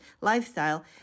lifestyle